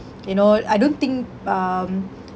you know I don't think um